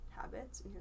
habits